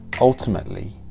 Ultimately